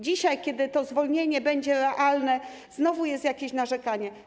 Dzisiaj, kiedy to zwolnienie będzie realne, znowu jest narzekanie.